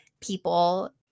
People